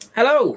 Hello